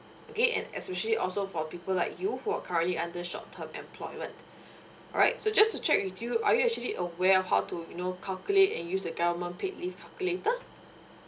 okay and especially also for people like you who are currently under short term employment alright so just to check with you are you actually aware of how to you know calculate and use the government paid leave calculator